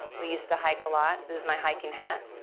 we used to hike a lot this is my hiking hat